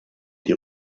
die